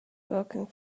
working